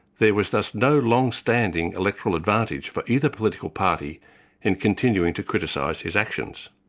there was thus no long-standing electoral advantage for either political party in continuing to criticise his actions.